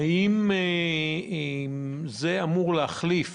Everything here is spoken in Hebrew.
האם זה אמור להחליף